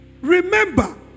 Remember